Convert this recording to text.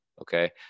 okay